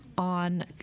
On